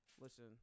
listen